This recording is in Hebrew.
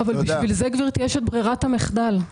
אבל לכן גברתי יש ברירת המחדל,